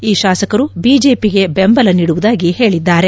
ಈ ಶಾಸಕರು ಬಿಜೆಪಿಗೆ ಬೆಂಗಲ ನೀಡುವುದಾಗಿ ಹೇಳಿದ್ದಾರೆ